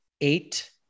eight